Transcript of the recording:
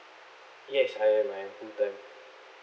yes I am I am full time